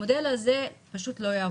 המודל הזה פשוט לא יעבוד.